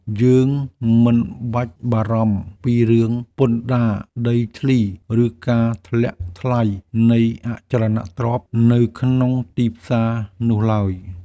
យើងមិនបាច់បារម្ភពីរឿងពន្ធដារដីធ្លី ឬការធ្លាក់ថ្លៃនៃអចលនទ្រព្យនៅក្នុងទីផ្សារនោះឡើយ។